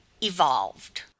evolved